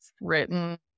written